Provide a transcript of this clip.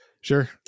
Sure